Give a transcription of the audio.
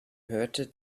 hörte